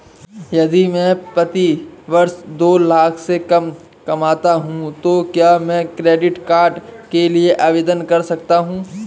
यदि मैं प्रति वर्ष दो लाख से कम कमाता हूँ तो क्या मैं क्रेडिट कार्ड के लिए आवेदन कर सकता हूँ?